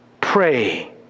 pray